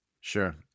Sure